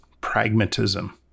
Pragmatism